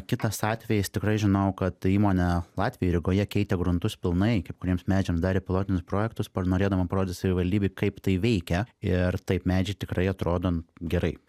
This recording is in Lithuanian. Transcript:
kitas atvejis tikrai žinau kad įmonė latviai rygoje keitė gruntus pilnai kai kuriems medžiams darė pilotinius projektus par norėdama parodyt savivaldybei kaip tai veikia ir taip medžiai tikrai atrodo gerai